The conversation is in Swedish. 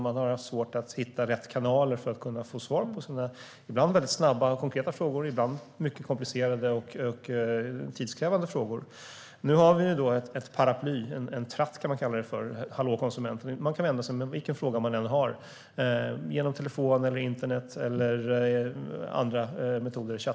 Man har haft svårt att hitta rätt kanal för att kunna få svar på sina ibland väldigt snabba och konkreta frågor, ibland mycket komplicerade och tidskrävande frågor. Nu har vi ett paraply, en tratt kan man kalla det, som heter Hallå konsument. Dit kan man vända sig med vilken fråga man än har via telefon, internet, chattar och liknande.